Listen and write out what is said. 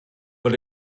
but